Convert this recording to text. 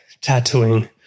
tattooing